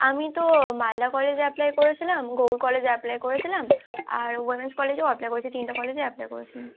আমি তো মালদা কলেজে অ্যাপ্লাই করেছিলাম গৌড় কলেজে অ্যাপ্লাই করেছিলাম আর উইমেন্স কলেজেও অ্যাপ্লাই করেছি তিনটা কলেজে অ্যাপ্লাই করেছিলাম